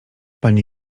pani